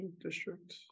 District